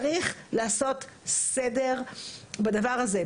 צריך לעשות סדר בדבר הזה.